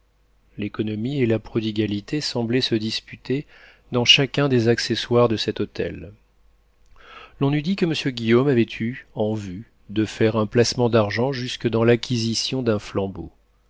l'économie et la prodigalité semblaient se disputer dans chacun des accessoires de cet hôtel l'on eût dit que monsieur guillaume avait eu en vue de faire un placement d'argent jusque dans l'acquisition d'un flambeau